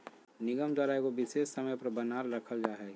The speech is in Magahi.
निगम द्वारा एगो विशेष समय पर बनाल रखल जा हइ